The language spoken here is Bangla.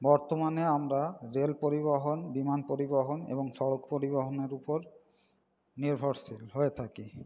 বর্তমানে আমরা রেল পরিবহণ বিমান পরিবহণ এবং সড়ক পরিবহণের উপর নির্ভরশীল হয়ে থাকি